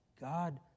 God